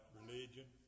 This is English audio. religion